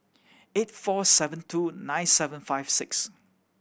eight four seven two nine seven five six